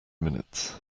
minutes